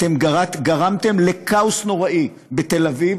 אתם גרמתם לכאוס נוראי בתל אביב.